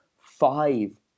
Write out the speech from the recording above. five